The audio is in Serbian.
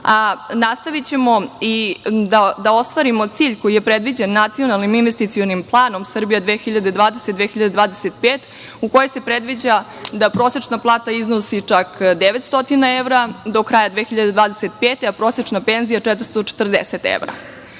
nastojaćemo da ostvarimo cilj koji je predviđen Nacionalnim investicionim planom – „Srbija 2020-2025“, u kojem se predviđa da prosečna plata iznosi čak 900 evra do kraja 2025. godine, a prosečna penzija 440 evra. Sve